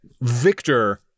Victor